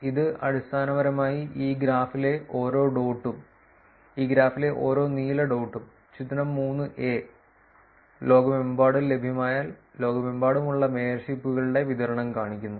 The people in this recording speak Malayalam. ഇത് അടിസ്ഥാനപരമായി ഈ ഗ്രാഫിലെ ഓരോ ഡോട്ടും ഈ ഗ്രാഫിലെ ഓരോ നീല ഡോട്ടും ചിത്രം 3 എ ലോകമെമ്പാടും ലഭ്യമായ ലോകമെമ്പാടുമുള്ള മേയർഷിപ്പുകളുടെ വിതരണം കാണിക്കുന്നു